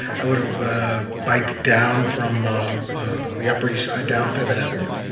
i would have biked down from um the upper east side down fifth avenue.